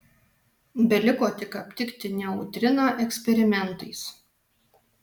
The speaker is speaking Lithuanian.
beliko tik aptikti neutriną eksperimentais